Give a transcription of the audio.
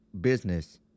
business